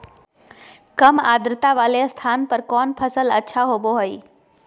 काम आद्रता वाले स्थान पर कौन फसल अच्छा होबो हाई?